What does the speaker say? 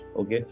okay